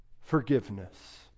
forgiveness